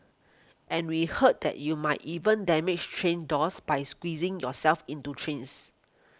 and we heard that you might even damage train doors by squeezing yourself into trains